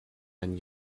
and